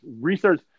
research